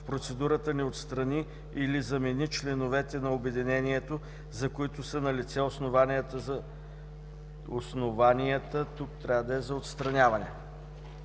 в процедурата не отстрани или замени членовете на обединението, за които са налице основанията за отстраняване.”